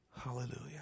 Hallelujah